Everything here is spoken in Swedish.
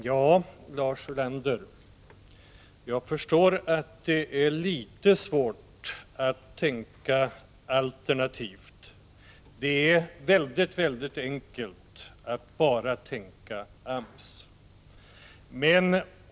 Fru talman! Jag förstår att det är litet svårt, Lars Ulander, att tänka alternativt — det är väldigt enkelt att bara tänka AMS.